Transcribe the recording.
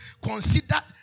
consider